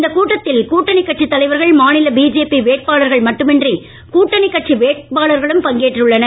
இந்த கூட்டத்தில்இ கூட்டணி கட்சி தலைவர்கள்இ மாநில பிஜேபி வேட்பாளர்கள் மட்டுமின்றிஇ கூட்டணி கட்சி வேட்காளர்களும் பங்கேற்றுள்ளனர்